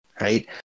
right